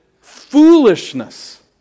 foolishness